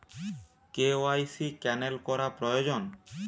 KYC cancel করা প্রয়োজন?